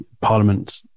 parliament